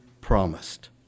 promised